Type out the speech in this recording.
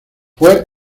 fue